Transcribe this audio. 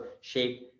shape